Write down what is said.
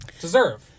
deserve